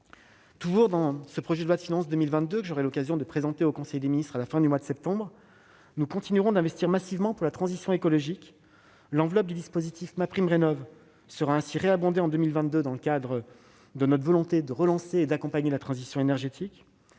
Toujours dans le projet de loi de finances pour 2022, que j'aurai l'occasion de présenter en conseil des ministres à la fin du mois de septembre prochain, nous continuerons d'investir massivement pour la transition écologique. Ainsi, l'enveloppe du dispositif MaPrimeRénov'sera abondée afin de relancer et d'accompagner la transition énergétique.